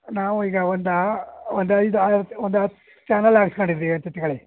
ನಾವು ಈಗ ಒಂದು ಒಂದು ಐದು ಆರು ಒಂದು ಹತ್ತು ಚಾನಲ್ ಹಾಕ್ಸ್ಕೊಂಡಿದೀವಿ ಅಂತ ಇಟ್ಕೊಳಿ